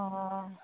অঁ